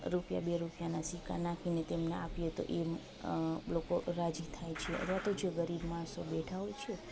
રૂપિયા બે રૂપિયાના સિક્કા નાખીને તેમને આપીએ તો એ લોકો રાજી થાય છે અથવા તો જે ગરીબ માણસો બેઠા હોય છે